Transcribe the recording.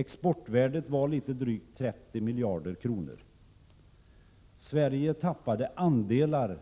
Exportvärdet var drygt 30 miljarder kronor. Sverige tappade andelar